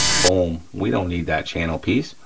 boom we don't need that channel piece,